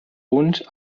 uns